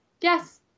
yes